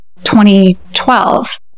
2012